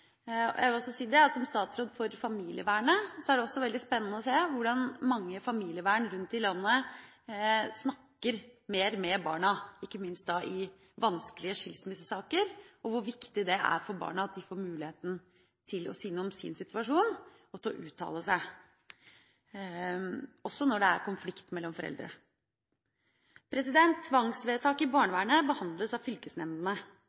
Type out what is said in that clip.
Som statsråd for familievernet er det også veldig spennende å se hvordan mange familievern rundt omkring i landet snakker mer med barna, ikke minst i vanskelige skilsmissesaker, og hvor viktig det er for barna at de får muligheten til å si noe om sin situasjon og får muligheten til å uttale seg – også når det er konflikt mellom foreldre. Tvangsvedtak i barnevernet behandles av fylkesnemndene.